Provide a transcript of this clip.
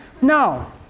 No